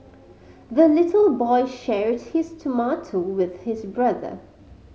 the little boy shared his tomato with his brother